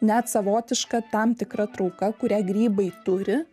net savotiška tam tikra trauka kurią grybai turi